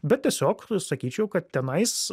bet tiesiog sakyčiau kad tenais